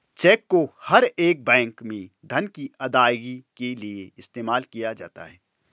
check को हर एक बैंक में धन की अदायगी के लिये इस्तेमाल किया जाता है